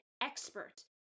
expert